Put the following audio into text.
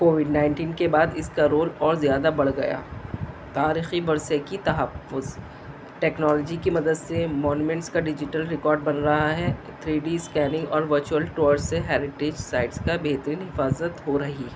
Covid nineteen کے بعد اس کا رول اور زیادہ بڑھ گیا تاریخی ورثے کی تحفظ ٹیکنالوجی کی مدد سے مونومنٹس کا ڈیجیٹل ریکارڈ بن رہا ہے تھری ڈی اسکیننگ اور ورچوئل ٹور سے ہیریٹیج سائٹس کا بہترین حفاظت ہو رہی ہے